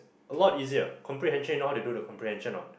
a lot easier comprehension you know how they do the comprehension not